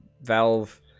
Valve